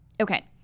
okay